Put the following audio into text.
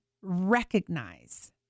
recognize